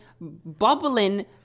bubbling